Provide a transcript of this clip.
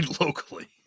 locally